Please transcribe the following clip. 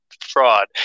fraud